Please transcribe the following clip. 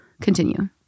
Continue